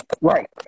Right